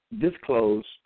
disclosed